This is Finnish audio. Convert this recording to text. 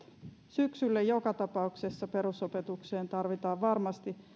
syksylle joka tapauksessa perusopetukseen tarvitaan varmasti